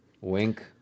Wink